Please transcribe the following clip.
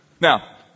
Now